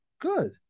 good